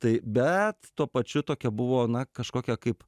tai bet tuo pačiu tokia buvo na kažkokia kaip